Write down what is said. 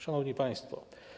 Szanowni Państwo!